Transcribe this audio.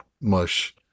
mush